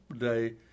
day